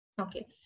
Okay